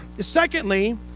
Secondly